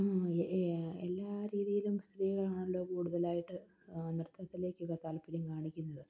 എല്ലാ രീതിയിലും സ്ത്രീകളാണല്ലോ കൂടുതലായിട്ട് നൃത്തത്തിലൊക്കെ താല്പര്യം കാണിക്കുന്നത്